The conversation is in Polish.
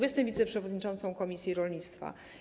Jestem wiceprzewodniczącą komisji rolnictwa.